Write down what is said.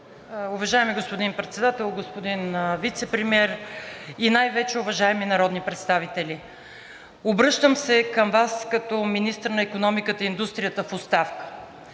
Уважаеми господин Председател, господин Вицепремиер и най-вече уважаеми народни представители! Обръщам се към Вас като министър на икономиката и индустрията в оставка.